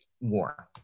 war